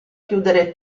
chiudere